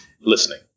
listening